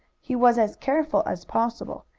he was as careful as possible,